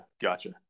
Gotcha